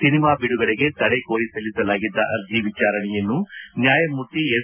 cinema ಬಿಡುಗಡೆಗೆ ತಡೆ ಕೋರಿ ಸಲ್ಲಿಸಲಾಗಿದ್ದ ಅರ್ಜಿ ವಿಚಾರಣೆಯನ್ನು ನ್ಯಾಯಮೂರ್ತಿ ಎಸ್